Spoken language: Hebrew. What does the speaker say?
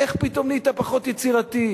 איך פתאום נהיית פחות יצירתי?